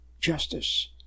justice